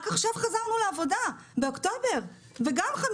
רק עכשיו באוקטובר חזרנו לעבודה וגם ב-50%.